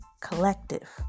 collective